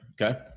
okay